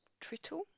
trittle